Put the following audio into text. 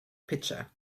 pitcher